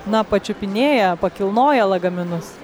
na pačiupinėja pakilnoja lagaminus